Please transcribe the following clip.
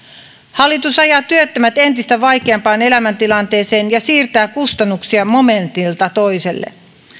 hallitus ajaa työttömät entistä vaikeampaan elämäntilanteeseen ja siirtää kustannuksia momentilta toiselle